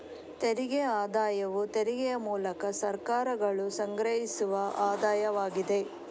ತೆರಿಗೆ ಆದಾಯವು ತೆರಿಗೆಯ ಮೂಲಕ ಸರ್ಕಾರಗಳು ಸಂಗ್ರಹಿಸುವ ಆದಾಯವಾಗಿದೆ